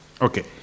Okay